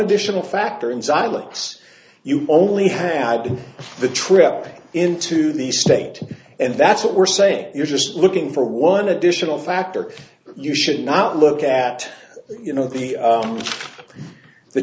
additional factor in xilinx you only had the trip into the state and that's what we're saying you're just looking for one additional factor you should not look at you know the